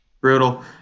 brutal